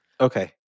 Okay